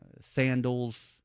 sandals